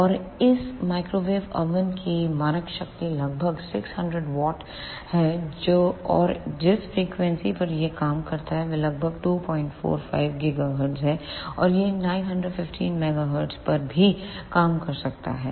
और इस microwave oven की मानक शक्ति लगभग 600 W है और जिस फ्रीक्वेंसी पर यह काम करता है वह लगभग 245 GHz है और यह 915 MHz पर भी काम कर सकता है